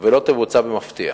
ולא תבוצע במפתיע.